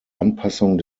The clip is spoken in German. anpassung